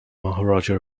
maharaja